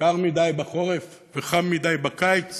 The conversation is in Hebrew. קר מדי בחורף וחם מדי בקיץ